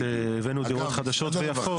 אגב,